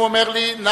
הוא אומר לי: כן.